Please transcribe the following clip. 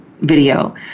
video